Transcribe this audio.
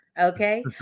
Okay